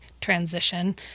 transition